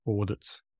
audits